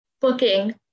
booking